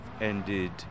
ended